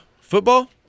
football